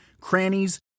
crannies